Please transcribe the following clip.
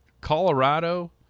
Colorado